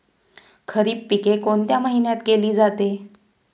खरीप पिके कोणत्या महिन्यात केली जाते?